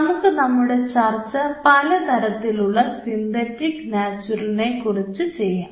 നമുക്ക് നമ്മുടെ ചർച്ച പലതരത്തിലുള്ള സിന്തറ്റിക് നാച്ചുറലിനെ കുറിച്ച് ചെയ്യാം